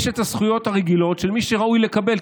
יש את הזכויות הרגילות של מי שראוי לקבל,